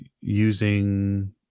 using